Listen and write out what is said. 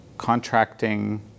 Contracting